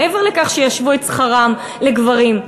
ומעבר לכך שישוו את שכרן לגברים,